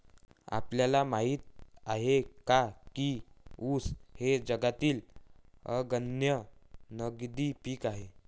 आपल्याला माहित आहे काय की ऊस हे जगातील अग्रगण्य नगदी पीक आहे?